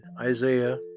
Isaiah